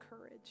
courage